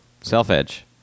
Self-Edge